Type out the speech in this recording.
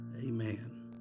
Amen